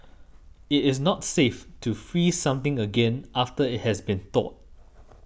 it is not safe to freeze something again after it has been thawed